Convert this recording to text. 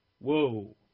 whoa